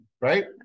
Right